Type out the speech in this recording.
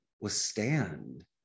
withstand